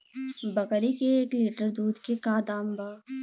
बकरी के एक लीटर दूध के का दाम बा?